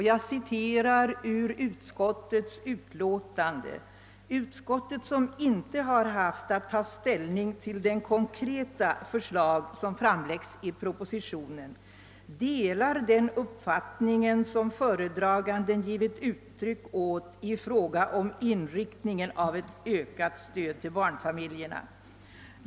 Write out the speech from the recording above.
Jag citerar ur utskottsutlåtandet: »Utskottet — som inte har att taga ställning till de konkreta förslag som framläggs i propositionen — delar den uppfattning som föredraganden givit uttryck åt i fråga ominriktningen av ett ökat stöd tillbarnfamiljerna.